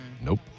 Nope